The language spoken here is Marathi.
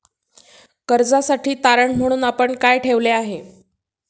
कर्जासाठी तारण म्हणून आपण काय ठेवले आहे?